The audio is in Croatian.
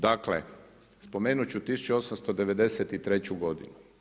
Dakle, spomenut ću 183. godinu.